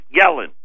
Yellen